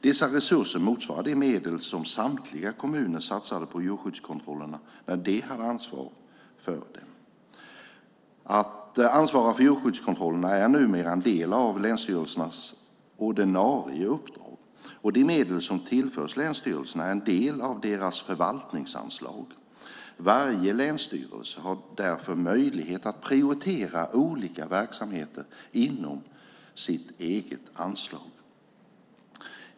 Dessa resurser motsvarar de medel som samtliga kommuner satsade på djurskyddskontrollerna när de hade ansvar för dem. Att ansvara för djurskyddskontrollen är numera en del av länsstyrelsernas ordinarie uppdrag, och de medel som tillförts länsstyrelserna är en del av deras förvaltningsanslag. Varje länsstyrelse har därför möjlighet att prioritera olika verksamheter inom sitt eget anslag.